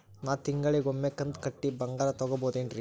ನಾ ತಿಂಗಳಿಗ ಒಮ್ಮೆ ಕಂತ ಕಟ್ಟಿ ಬಂಗಾರ ತಗೋಬಹುದೇನ್ರಿ?